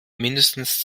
mindestens